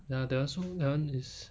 ya that [one] so that [one] is